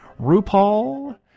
RuPaul